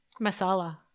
Masala